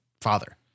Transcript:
father